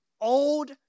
old